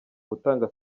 gutanga